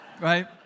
right